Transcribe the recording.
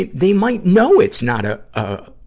and they might know it's not a, ah,